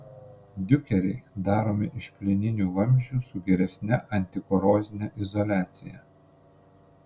diukeriai daromi iš plieninių vamzdžių su geresne antikorozine izoliacija